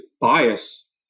bias